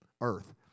earth